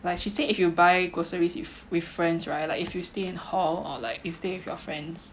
like she said if you buy groceries with with friends right like if you stay in hall or like you stay with your friends